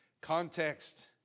context